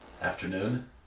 afternoon